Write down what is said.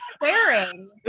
wearing